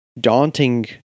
Daunting